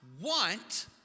want